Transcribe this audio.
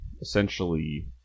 essentially